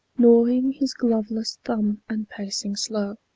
gnawing his gloveless thumb, and pacing slow.